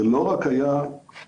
זה לא רק היה אבל.